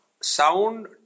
sound